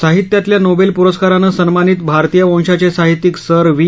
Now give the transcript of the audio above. साहित्यातल्या Nobel पुरस्कारानं सन्मानित भारतीय वंशाचे साहित्यिक सर व्ही